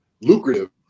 lucrative